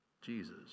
Jesus